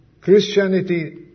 Christianity